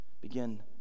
begin